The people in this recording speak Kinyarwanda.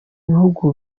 bihugu